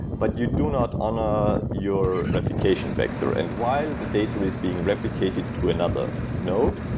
but you do not honor your replication factor. and while the data is being replicated to another node,